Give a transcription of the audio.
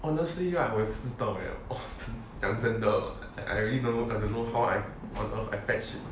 honestly right 我也不知道 leh 讲真的 oh I really don't I know don't know how on earth I attach it